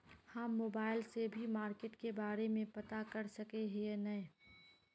हम मोबाईल से भी मार्केट के बारे में पता कर सके है नय?